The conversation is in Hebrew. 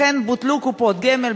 לכן בוטלו קופות גמל,